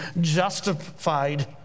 justified